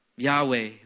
Yahweh